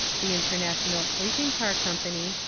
the international sleeping car company,